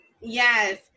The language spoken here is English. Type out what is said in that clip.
yes